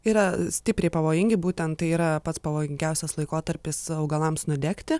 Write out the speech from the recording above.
yra stipriai pavojingi būtent tai yra pats pavojingiausias laikotarpis augalams nudegti